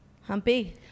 humpy